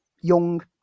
young